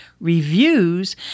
reviews